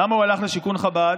למה הוא הלך לשיכון חב"ד?